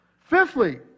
Fifthly